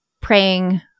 praying